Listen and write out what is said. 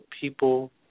people